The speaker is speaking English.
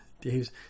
Dave's